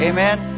Amen